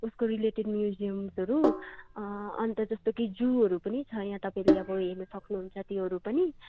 उसको रिलेटेड म्युजियमहरू अन्त कि जस्तो कि जूहरू पनि यहाँ तपाईँले अब हेर्न सक्नु हुन्छ त्योहरू पनि